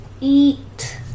eat